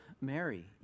Mary